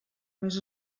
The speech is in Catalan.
més